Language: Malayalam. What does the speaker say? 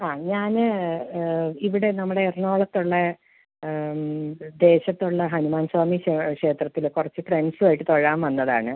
ആ ഞാന് ഇവിടെ നമ്മുടെ എറണാകുളത്തുള്ള ദേശത്തുള്ള ഹനുമാൻ സ്വാമി ക്ഷേത്രത്തില് കുറച്ച് ഫ്രണ്ട്സുമായിട്ട് തൊഴാൻ വന്നതാണ്